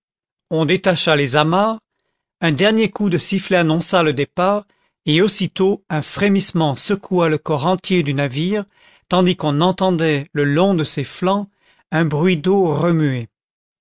on détacha les amarres un dernier coup de sifflet annonça le départ et aussitôt un frémissement secoua le corps entier du navire tandis qu'on entendait le long de ses flancs un bruit d'eau remuée